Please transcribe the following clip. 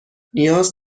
نیاز